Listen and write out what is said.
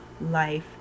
life